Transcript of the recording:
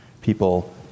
people